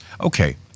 okay